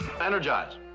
Energize